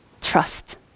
trust